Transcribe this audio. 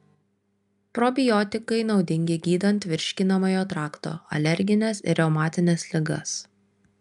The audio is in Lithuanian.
probiotikai naudingi gydant virškinamojo trakto alergines ir reumatines ligas